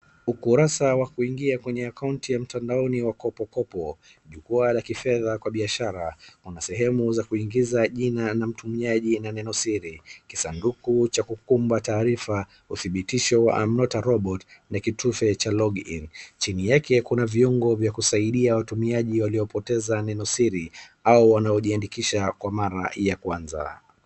Ukurasa wa kuingia kwenye akaunti ya mtandaoni wa Kopokopo jukwaa la kifedha kwa biashara. Kuna sehemu za kuingiza jina la mtumiaji na neno siri kisanduku cha kukumbuka taarifa udhibitisho wa I'm not a robot na kitufe cha login . Chini yake kuna viungo vya kusaidia watumiaji waliopoteza neno siri au wanaojiandikisha kwa mara ya kwanza.